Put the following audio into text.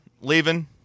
leaving